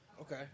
Okay